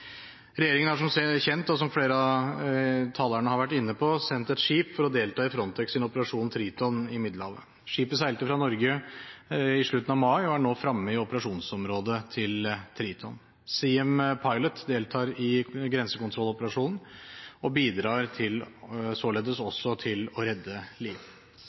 Regjeringen har som kjent, som flere av talerne har vært inne på, sendt et skip for å delta i Frontex’ operasjon Triton i Middelhavet. Skipet seilte fra Norge i slutten av mai og er nå fremme i operasjonsområdet til Triton. «Siem Pilot» deltar i grensekontrolloperasjonen og bidrar således også til å redde liv.